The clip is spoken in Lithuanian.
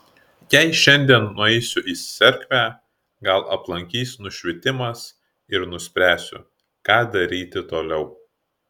jei šiandien nueisiu į cerkvę gal aplankys nušvitimas ir nuspręsiu ką daryti toliau